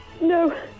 No